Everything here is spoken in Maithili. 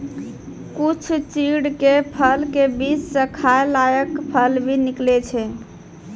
कुछ चीड़ के फल के बीच स खाय लायक फल भी निकलै छै